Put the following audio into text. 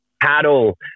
paddle